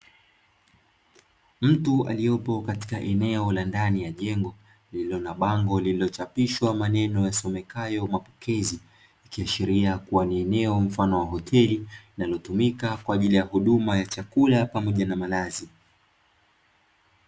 Mtu aliyopo katika eneo la ndani ya jengo lililo na bango lililochapishwa maneno yasomekayo mapokezi, ikiashiria kuwa ni eneo mfano wa hoteli linalotumika kwa ajili ya huduma ya chakula pamoja na malazi.